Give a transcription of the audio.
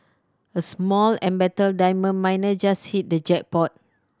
a small embattled diamond miner just hit the jackpot